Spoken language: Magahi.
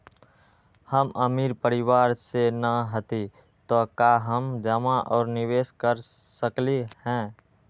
हम अमीर परिवार से न हती त का हम जमा और निवेस कर सकली ह?